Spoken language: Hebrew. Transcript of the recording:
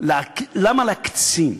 למה להקצין?